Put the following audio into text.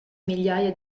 migliaia